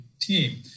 team